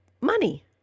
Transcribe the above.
money